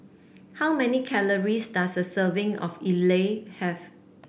how many calories does a serving of idly have